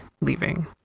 leaving